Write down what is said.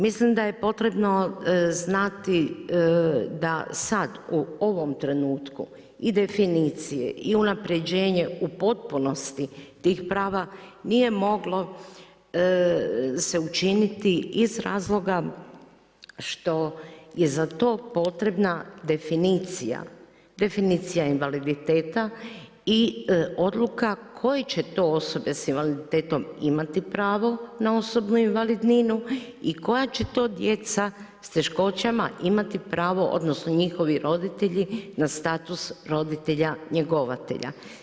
Mislim da je potrebno znati da sada u ovom trenutku i definicije i unapređenje u potpunosti tih prava nije moglo se učiniti iz razloga što je za to potrebna definicija, definicija invaliditeta i odluka koje će to osobe s invaliditetom imati pravo na osobnu invalidninu i koja će to djeca s teškoćama imati pravo odnosno njihovi roditelji na status roditelja njegovatelja.